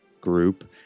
group